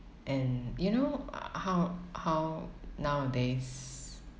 and you know uh how how nowadays